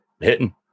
hitting